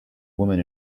woman